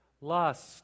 lust